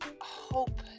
hope